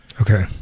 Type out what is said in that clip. Okay